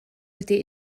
wedi